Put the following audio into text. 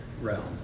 realm